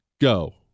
Go